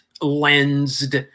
lensed